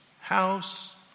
house